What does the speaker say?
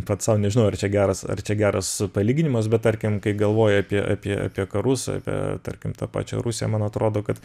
pats sau nežinau ar čia geras ar čia geras palyginimas bet tarkim kai galvoju apie apie apie karus apie tarkim tą pačią rusiją man atrodo kad